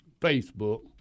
Facebook